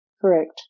Correct